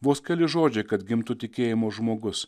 vos keli žodžiai kad gimtų tikėjimo žmogus